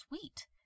sweet